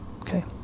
okay